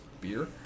beer